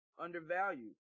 undervalued